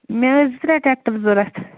مےٚ ٲسۍ زٕ ترٛےٚ ٹرٛٮ۪کٹَر ضروٗرت